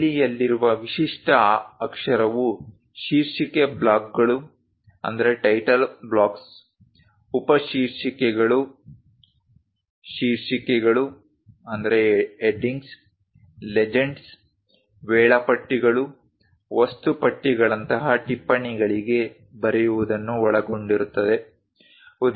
ಶೈಲಿಯಲ್ಲಿರುವ ವಿಶಿಷ್ಟ ಅಕ್ಷರವು ಶೀರ್ಷಿಕೆ ಬ್ಲಾಕ್ಗಳು ಉಪಶೀರ್ಷಿಕೆಗಳು ಶೀರ್ಷಿಕೆಗಳು ಲೆಜೆಂಡ್ಸ್ ವೇಳಾಪಟ್ಟಿಗಳು ವಸ್ತು ಪಟ್ಟಿಗಳಂತಹ ಟಿಪ್ಪಣಿಗಳಿಗೆ ಬರೆಯುವುದನ್ನು ಒಳಗೊಂಡಿರುತ್ತದೆ